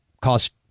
cost